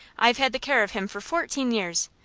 i've had the care of him for fourteen years,